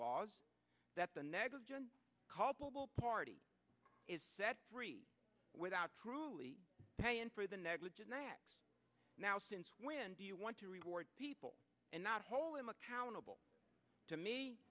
laws that the negligent culpable party is set free without truly paying for the negligent acts now since when do you want to reward people and not whole him accountable to